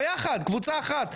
ביחד, קבוצה אחת.